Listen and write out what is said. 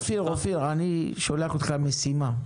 אופיר, אני שולח אותך למשימה.